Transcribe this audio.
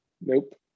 Nope